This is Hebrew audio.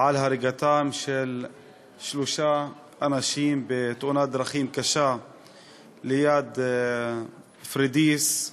על הריגתם של שלושה אנשים בתאונת דרכים קשה ליד פוריידיס,